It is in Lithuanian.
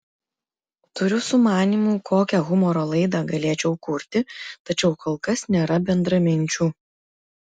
turiu sumanymų kokią humoro laidą galėčiau kurti tačiau kol kas nėra bendraminčių